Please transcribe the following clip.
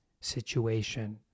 situation